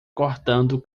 cortando